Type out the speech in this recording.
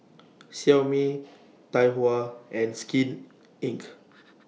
Xiaomi Tai Hua and Skin Inc